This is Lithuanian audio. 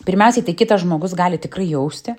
pirmiausiai tai kitas žmogus gali tikrai jausti